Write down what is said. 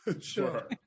Sure